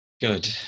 Good